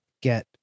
get